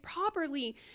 properly